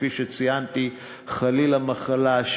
כפי שציינתי חלילה מחלה,